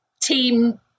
team